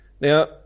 Now